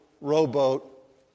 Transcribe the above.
rowboat